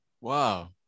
Wow